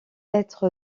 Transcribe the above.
être